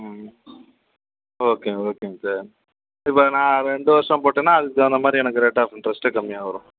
ம் ஓகே ஓகேங்க சார் இப்போ நான் ரெண்டு வருஷம் போட்டனா அதுக்கு தகுந்த மாதிரி எனக்கு ரேட் ஆஃப் இன்ட்ரெஸ்ட்டு கம்மியாக வரும்